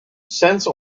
sense